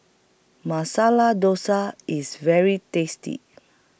Masala Dosa IS very tasty